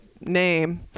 name